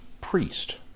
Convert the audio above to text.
priest